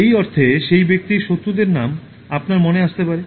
এই অর্থে সেই ব্যক্তির শত্রুদের নাম আপনার মনে আসতে পারে